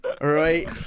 right